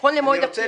נכון למועד הפטירה.